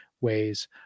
ways